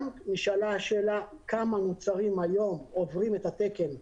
נשאלה השאלה: כמה מוצרים עוברים את התקן היום?